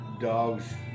dog's